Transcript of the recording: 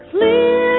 Clear